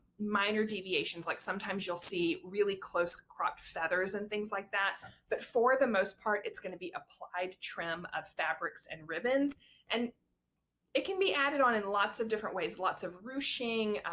minor deviations. like, sometimes you'll see really close cropped feathers and things like that but for the most part it's going to be applied trim of fabrics and ribbons and it can be added on in lots of different ways. lots of ruching,